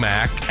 Mac